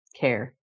care